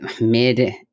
mid